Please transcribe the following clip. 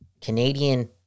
Canadian